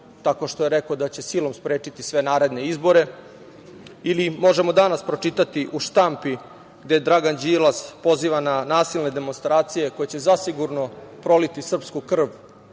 tako što je rekao da će silom sprečiti sve naredne izbore. Ili možemo danas pročitati u štampi gde Dragan Đilas poziva na nasilne demonstracije koje će zasigurno proliti srpsku krv